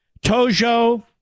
Tojo